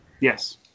Yes